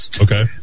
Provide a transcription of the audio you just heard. Okay